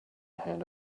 hand